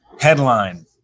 Headline